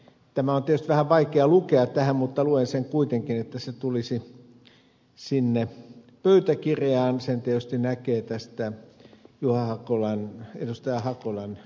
tämä on tietysti vähän vaikea lukea tähän mutta luen sen kuitenkin että se tulisi sinne pöytäkirjaan sen tietysti näkee tästä ed